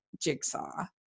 jigsaw